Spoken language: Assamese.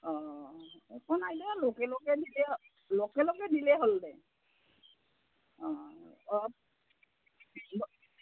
অঁ একো নাই দে লোকেলকে দিলে লোকেলকে দিলেই হ'ল দে অঁ অলপ